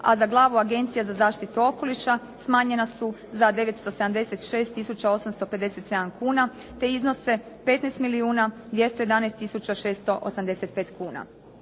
a za glavu agencije za zaštitu okoliša smanjena su za 976 tisuća 857 kuna, te iznose 15 milijuna